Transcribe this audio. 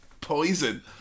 poison